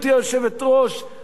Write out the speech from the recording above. ביושב-ראש המפלגה שלך,